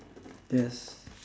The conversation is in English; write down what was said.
yes